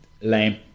Lame